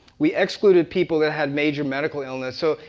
we excluded people that had major medical illness. so,